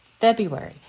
February